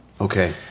Okay